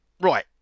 Right